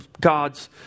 God's